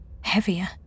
heavier